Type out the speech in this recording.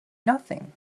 nothing